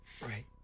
Right